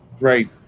Right